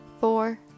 four